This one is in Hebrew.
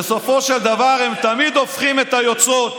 בסופו של דבר, הם תמיד הופכים את היוצרות.